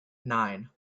nine